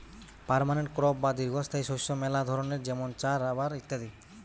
permanent crop বা দীর্ঘস্থায়ী শস্য মেলা ধরণের যেমন চা, রাবার ইত্যাদি